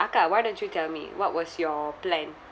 akka why don't you tell me what was your plan